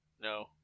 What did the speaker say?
No